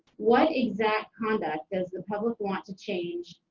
what exact conduct does the public want to change,